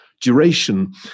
duration